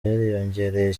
yariyongereye